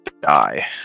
die